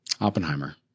Oppenheimer